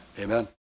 Amen